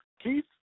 Keith